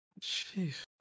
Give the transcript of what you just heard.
Jeez